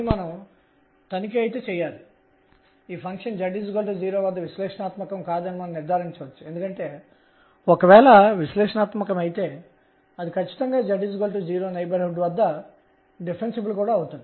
మరియు మీరు ఈ క్రాస్ ప్రాడక్ట్ సదిశా లబ్దం ను తీసుకోండి ఇది mr2rmr2sinθr గా వస్తుంది